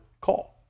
call